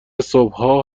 صبحها